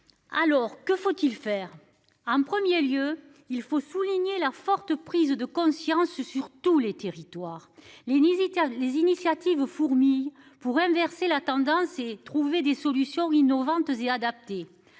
Alors que faut-il faire en premier lieu, il faut souligner la forte prise de conscience sur tous les territoires, les militaires, les initiatives fourmillent pour inverser la tendance et trouver des solutions innovantes et adaptées.